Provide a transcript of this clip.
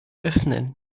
öffnen